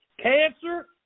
Cancer